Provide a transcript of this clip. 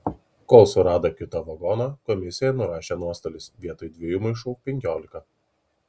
kol surado kitą vagoną komisija nurašė nuostolius vietoj dviejų maišų penkiolika